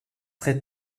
très